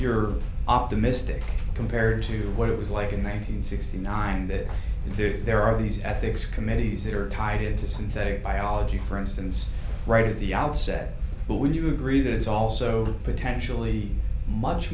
you're optimistic compared to what it was like in may sixty nine that there are these ethics committees that are tied to synthetic biology for instance right at the outset but would you agree that it's also potentially much